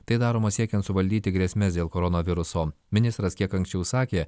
tai daroma siekiant suvaldyti grėsmes dėl koronaviruso ministras kiek anksčiau sakė